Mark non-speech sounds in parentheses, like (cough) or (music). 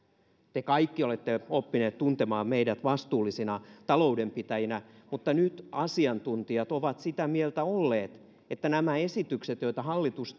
te kaikki olette oppineet tuntemaan meidät vastuullisina taloudenpitäjinä mutta nyt asiantuntijat ovat sitä mieltä olleet että nämä esitykset joita hallitus (unintelligible)